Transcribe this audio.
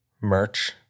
merch